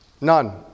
None